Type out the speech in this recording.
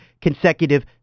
consecutive